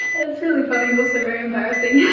it's really funny, also very embarrassing. yeah